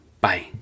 bye